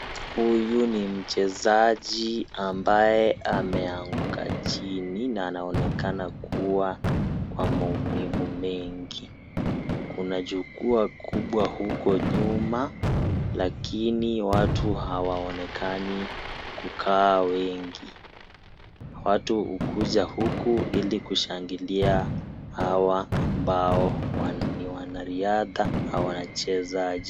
Huyu nimchezaji ambaye ameanguka chini na anaonekana kuwa kwa maumivu mengi. Kuna jukwaa kubwa huko nyuma lakini watu hawaonekani kukaa wengi. Watu hukuja huku ili kushangilia hawa ambao ni wanariadha na wachezaji.